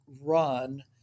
run